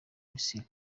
misiri